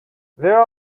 where